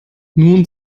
nun